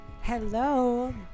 Hello